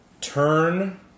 turn